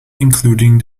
including